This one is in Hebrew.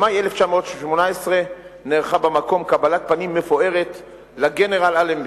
במאי 1918 נערכה במקום קבלת פנים מפוארת לגנרל אלנבי.